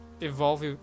evolve